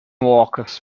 workers